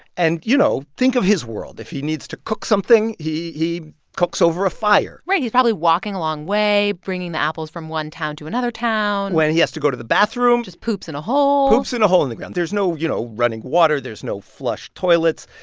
and, you know, think of his world. if he needs to cook something, he he cooks over a fire right. he's probably walking a long way bringing the apples from one town to another town when he has to go to the bathroom. just poops in a hole poops in a hole in the ground. there's no, you know, running water. there's no flush toilets.